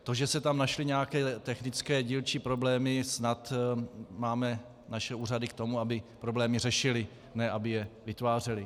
To, že se tam našly nějaké dílčí technické problémy, snad máme naše úřady k tomu, aby problémy řešily, ne aby je vytvářely.